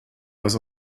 was